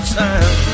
time